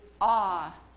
awe